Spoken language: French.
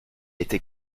été